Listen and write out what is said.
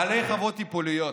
בעלי חוות טיפוליות